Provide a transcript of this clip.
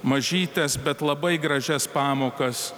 mažytes bet labai gražias pamokas